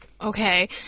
Okay